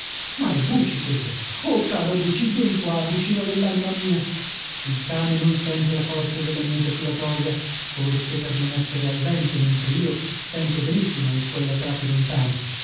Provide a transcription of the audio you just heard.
ma è buci quello oh caro buci vien qua bucino dell'anima mia il cane non sente la forza della mia giaculatoria forse per non essere al vento mentre io sento benissimo i suoi latrati lontani